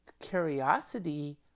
curiosity